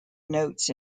notes